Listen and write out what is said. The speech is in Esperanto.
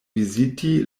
viziti